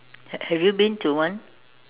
have have you been to one